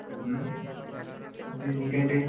ఇంకా ఏంటి